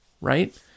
right